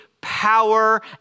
power